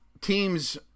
teams